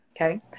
Okay